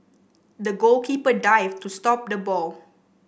the goalkeeper dived to stop the ball